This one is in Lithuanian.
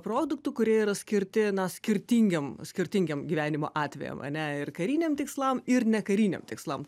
produktų kurie yra skirti na skirtingiem skirtingiem gyvenimo atvejam ane ir kariniam tikslam ir nekariniam tikslam